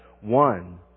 one